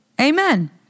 Amen